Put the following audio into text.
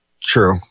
True